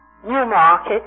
Newmarket